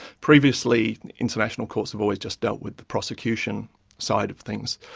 previously international courts have always just dealt with the prosecution side of things,